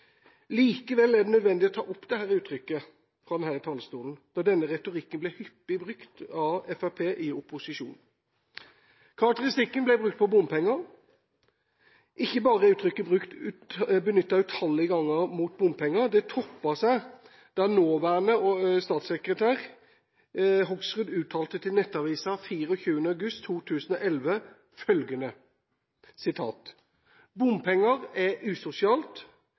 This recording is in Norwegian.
Likevel er det nødvendig å ta opp dette uttrykket fra denne talerstolen, da denne retorikken ble hyppig brukt av Fremskrittspartiet i opposisjon. Karakteristikken ble brukt på bompenger. Ikke bare er uttrykket benyttet utallige ganger mot bompenger, det toppet seg da nåværende statssekretær Hoksrud uttalte til Nettavisen 24. august 2011 følgende: «Bompenger er usosialt